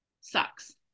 sucks